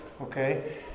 okay